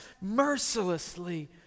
mercilessly